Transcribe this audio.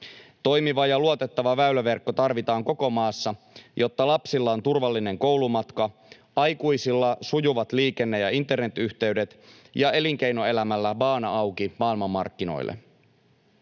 Toimiva ja luotettava väyläverkko tarvitaan koko maassa, jotta lapsilla on turvallinen koulumatka, aikuisilla sujuvat liikenne‑ ja internetyhteydet ja elinkeinoelämällä baana auki maailmanmarkkinoille.